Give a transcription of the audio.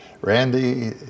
Randy